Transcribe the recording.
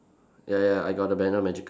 ya ya I got the banner magical